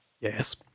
yes